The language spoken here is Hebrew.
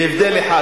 בהבדל אחד,